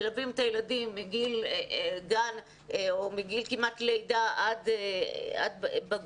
מלווים את הילדים מגיל גן או מגיל לידה עד בגרותם.